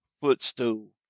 footstool